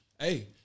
hey